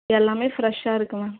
எல்லாமே ஃப்ரெஷ்ஷாக இருக்குது மேம்